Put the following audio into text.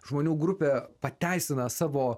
žmonių grupė pateisina savo